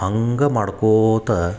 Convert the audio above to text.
ಹಂಗ ಮಾಡ್ಕೋತ